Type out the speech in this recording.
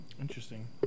interesting